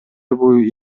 бою